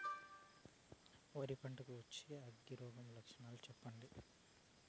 వరి పంట కు వచ్చే అగ్గి రోగం లక్షణాలు చెప్పండి?